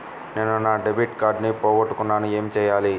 నేను నా debit card పోగొట్టుకున్నాను ఏమి చేయాలి?